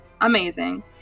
Amazing